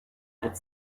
had